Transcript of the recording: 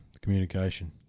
Communication